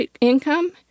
income